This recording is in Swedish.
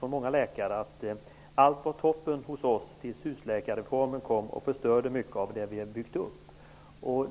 många läkare var: Allt var toppen hos oss tills husläkarreformen kom och förstörde mycket av det vi hade byggt upp.